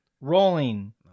Rolling